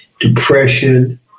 depression